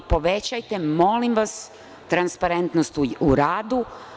Povećajte, molim vas, transparentnost u radu.